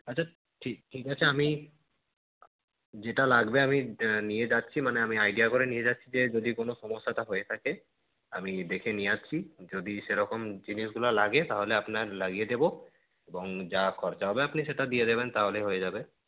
আচ্ছা ঠিক ঠিক আছে আমি যেটা লাগবে আমি নিয়ে যাচ্ছি মানে আমি আইডিয়া করে নিয়ে যাচ্ছি যে যদি কোনো সমস্যাটা হয়ে থাকে আমি দেখে নিয়ে আসছি যদি সেরকম জিনিসগুলো লাগে তাহলে আপনার লাগিয়ে দেবো এবং যা খরচা হবে আপনি সেটা দিয়ে দেবেন তাহলেই হয়ে যাবে